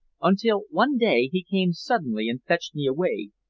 until one day he came suddenly and fetched me away,